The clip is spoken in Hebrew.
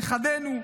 לנכדינו,